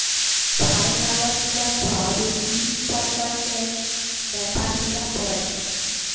ফাইলালস গুলা ছব ইম্পর্টেলট ব্যাপার গুলা পড়ে